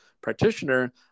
practitioner